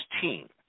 team